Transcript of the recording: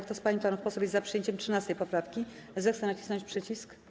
Kto z pań i panów posłów jest za przyjęciem 13. poprawki, zechce nacisnąć przycisk.